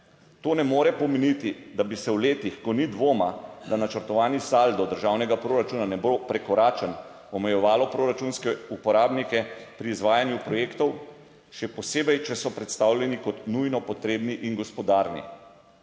To ne more pomeniti, da bi se v letih, ko ni dvoma, da načrtovani saldo državnega proračuna ne bo prekoračen, omejevalo proračunske uporabnike pri izvajanju projektov, še posebej če so predstavljeni kot nujno potrebni in gospodarni.